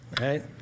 right